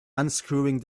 unscrewing